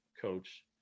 coach